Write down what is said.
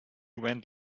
went